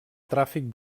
tràfic